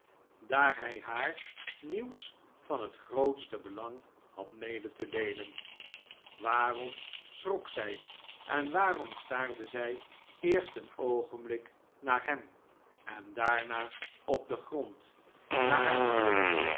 daar hij haar nieuws van het grootste belang had mede te deelen waarom schrok zij en waarom staarde zij eerst een oogenblik naar hem en daarna op den grond naar haar voeten